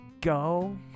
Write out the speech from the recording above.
go